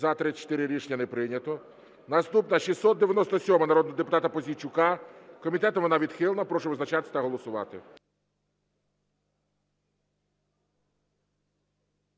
За-34 Рішення не прийнято. Наступна – 697-а народного депутата Пузійчука. Комітетом вона відхилена. Прошу визначатися та голосувати.